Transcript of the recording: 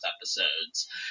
episodes